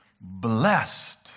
Blessed